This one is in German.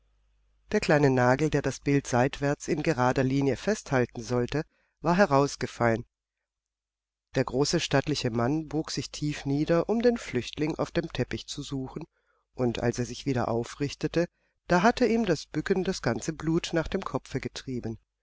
der kleine nagel der das bild seitwärts in gerader linie festhalten sollte war herausgefallen der große stattliche mann bog sich tief nieder um den flüchtling auf dem teppich zu suchen und als er sich wieder aufrichtete da hatte ihm das bücken das ganze blut nach dem kopfe getrieben